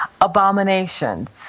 abominations